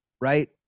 right